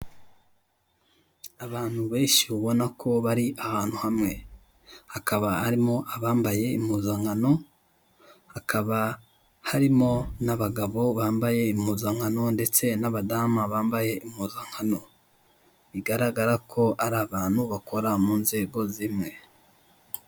Abantu beshi ubona ko bari ahantu hamwe, hakaba harimo abambaye impuzankano, hakaba harimo n'abagabo bambaye impuzankano ndetse n'abadamu bambaye impuzankano bigaragara ko ari abantu bakora munzego zimwe.